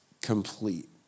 complete